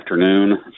afternoon